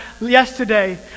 yesterday